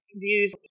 views